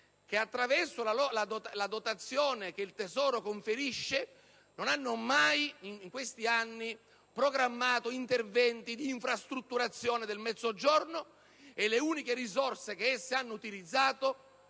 che, attraverso la dotazione che il Tesoro conferisce loro, in questi anni non hanno mai programmato interventi di infrastrutturazione del Mezzogiorno e le uniche risorse che hanno utilizzato